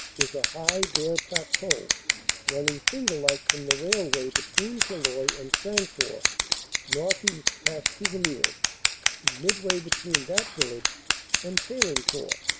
is a high bare plateau running fingerlike from the railway between tilloy and sancourt northeast past cuvillers to midway between that village and paillencourt.